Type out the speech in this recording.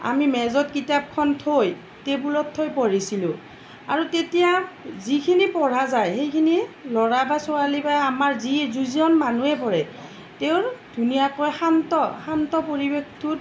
আমি মেজত কিতাপখন থৈ টেবুলত থৈ পঢ়িছিলোঁ আৰু তেতিয়া যিখিনি পঢ়া যায় সেইখিনি ল'ৰা বা ছোৱালী বা আমাৰ যি যিজন মানুহে পঢ়ে তেওঁৰ ধুনীয়াকৈ শান্ত শান্ত পৰিৱেশটোত